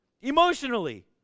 Emotionally